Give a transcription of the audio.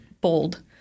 bold